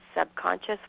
subconscious